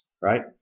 Right